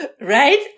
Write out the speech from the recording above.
right